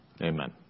Amen